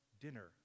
dinner